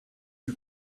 you